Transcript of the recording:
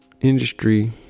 industry